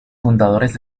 fundadores